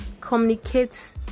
communicate